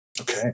Okay